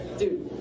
dude